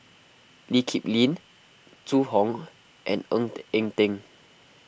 Lee Kip Lin Zhu Hong and Ng Eng Teng